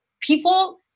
people